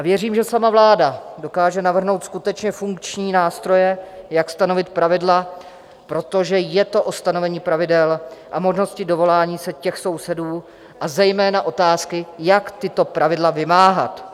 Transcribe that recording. Věřím, že sama vláda dokáže navrhnout skutečně funkční nástroje, jak stanovit pravidla, protože je to o stanovení pravidel, možnosti dovolání se těch sousedů, a zejména otázky, jak tato pravidla vymáhat.